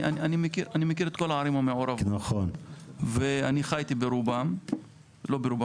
אני מכיר את כל הערים המעורבות ואני חייתי בחלק מהן.